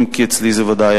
אם כי אצלי זה היה,